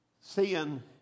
Seeing